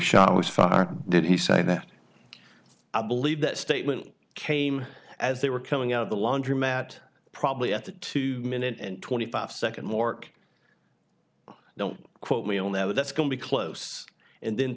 shot was fired did he say that i believe that statement came as they were coming out of the laundromat probably at the two minute and twenty five second mork don't quote me on there that's going to close and then